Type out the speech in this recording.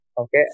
okay